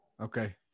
Okay